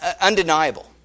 undeniable